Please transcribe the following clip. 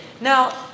Now